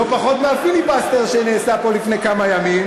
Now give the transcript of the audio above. לא פחות מהפיליבסטר שנעשה פה לפני כמה ימים,